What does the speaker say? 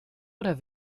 oder